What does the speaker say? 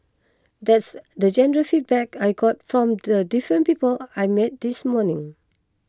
that's the general feedback I got from the different people I met this morning